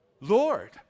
Lord